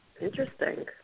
Interesting